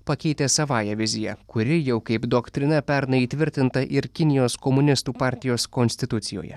pakeitė savąja vizija kuri jau kaip doktrina pernai įtvirtinta ir kinijos komunistų partijos konstitucijoje